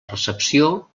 recepció